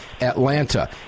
Atlanta